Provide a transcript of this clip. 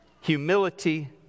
humility